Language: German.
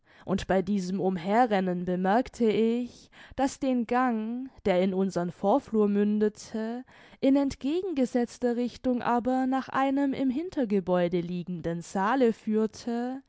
und bei diesem umherrennen bemerkte ich daß den gang der in unsern vorflur mündete in entgegengesetzter richtung aber nach einem im hintergebäude liegenden saale führte